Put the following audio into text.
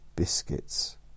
biscuits